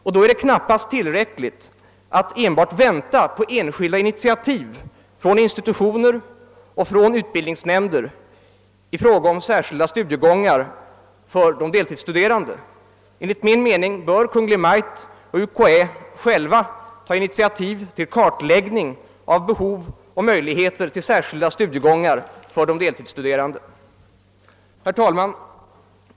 Det är då knappast tillräckligt att bara vänta på enskilda initiativ från institutioner och utbildningsnämnder i fråga om särskilda studiegångar för de deltidsstuderande. Enligt min mening bör Kungl. Maj:t och UKÄ själva ta initiativ till kartläggning av behov och möjligheter till särskilda studiegångar för de deltidsstuderande. Herr talman!